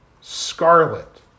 scarlet